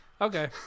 okay